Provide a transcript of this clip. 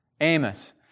Amos